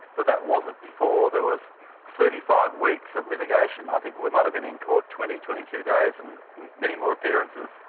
but that wasn't before there were thirty five weeks of litigation. i think we might have been in court twenty, twenty two days and many more appearances.